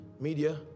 media